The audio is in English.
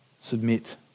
submit